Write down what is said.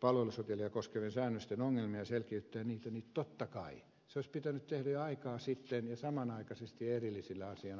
palveluseteliä koskevien säännösten ongelmiin ja selkiyttää niitä niin totta kai se olisi pitänyt tehdä jo aikaa sitten ja samanaikaisesti erillisenä asiana